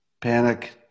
panic